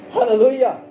Hallelujah